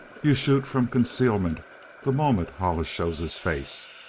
you shoot from concealment the moment hollis shows his face.